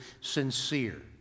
sincere